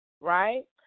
right